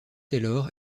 taylor